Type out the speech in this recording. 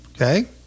Okay